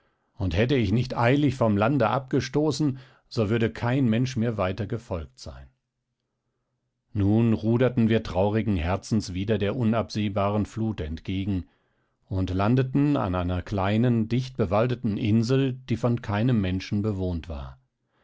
und hätte ich nicht eilig vom lande abgestoßen so würde kein mensch mir weiter gefolgt sein nun ruderten wir traurigen herzens wieder der unabsehbaren flut entgegen und landeten an einer kleinen dichtbewaldeten insel die von keinem menschen bewohnt war